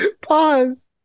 pause